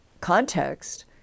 context